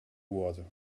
water